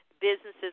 businesses